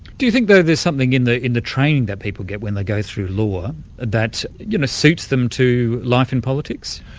do you think though there's something in the in the training that people get when they go through law that you know suits them to life in politics?